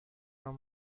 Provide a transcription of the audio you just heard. from